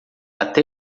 até